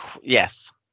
Yes